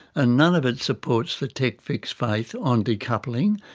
and none of it supports the tech-fix faith on decoupling,